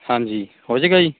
ਹਾਂਜੀ ਹੋ ਜਾਵੇਗਾ ਜੀ